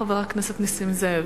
חבר הכנסת נסים זאב.